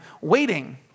waiting